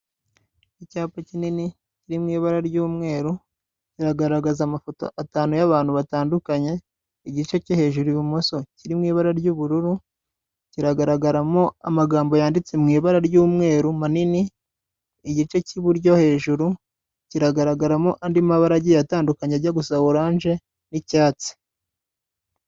Icyapa kinini kiri mu ibara ry'umweru, kiragaragaza amafoto atanu y'abantu batandukanye, igice cyo hejuru ibumoso kiri mu ibara ry'ubururu, kiragaragaramo amagambo yanditse mu ibara ry'umweru manini, igice cy'iburyo hejuru, kiragaragaramo andi mabara agiye atandukanye ajya gusa oranje, n'icyatsi.